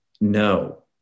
no